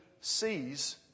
sees